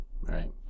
Right